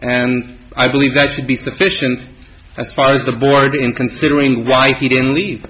and i believe that should be sufficient as far as the board in considering why he didn't leave